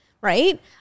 Right